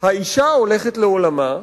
האשה הולכת לעולמה,